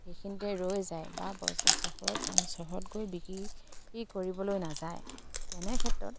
সেইখিনিতে ৰৈ যায় বা চহৰত গৈ বিক্ৰী কৰিবলৈ নাযায় তেনে ক্ষেত্ৰত